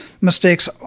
mistakes